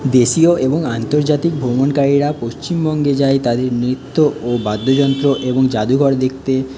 দেশীয় এবং আন্তর্জাতিক ভ্রমণকারীরা পশ্চিমবঙ্গে যায় তাদের নৃত্য ও বাদ্যযন্ত্র এবং জাদুঘর দেখতে